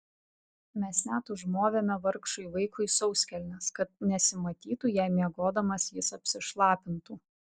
mes net užmovėme vargšui vaikui sauskelnes kad nesimatytų jei miegodamas jis apsišlapintų